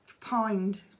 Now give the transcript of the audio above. pined